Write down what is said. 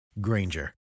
Granger